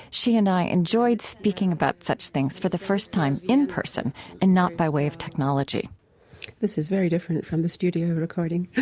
she and i enjoyed speaking about such things for the first time in person and not by way of technology this is very different from the studio recording